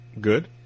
good